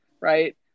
right